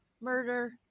murder